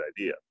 idea